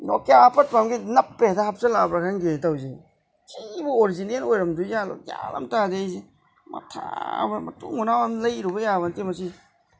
Nokia ꯑꯄꯠꯄ ꯑꯃꯒꯤ ꯅꯞꯄ ꯍꯦꯛꯇ ꯍꯥꯞꯆꯤꯜꯂꯛꯂꯕ꯭ꯔꯥ ꯈꯪꯗꯦꯅꯦ ꯇꯧꯔꯤꯁꯦ ꯁꯤꯕꯨ ꯑꯣꯔꯤꯖꯤꯅꯦꯜ ꯑꯣꯏꯔꯝꯗꯣꯏ ꯖꯥꯠꯂꯣ ꯒ꯭ꯌꯥꯟ ꯑꯃ ꯇꯥꯗꯦ ꯑꯩꯁꯦ ꯃꯊꯥ ꯃꯇꯨꯡ ꯃꯅꯥꯎ ꯑꯃꯨꯛ ꯂꯩꯔꯨꯕ ꯌꯥꯕ ꯅꯠꯇꯦ ꯃꯁꯤ